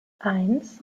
eins